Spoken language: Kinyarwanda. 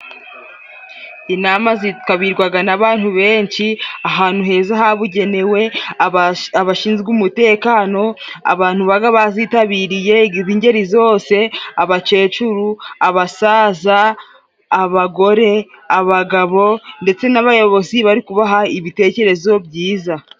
Inamama zitabirwaga n'abantu benshi ahantu heza habugenewe, abashinzwe umutekano, abantu babaga bazitabiriye b'ingeri zose, abakecuru, abasaza, abagore, abagabo ndetse n'abayobozi bari kubaha ibitekerezo byiza.